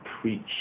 preach